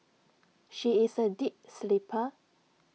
she is A deep sleeper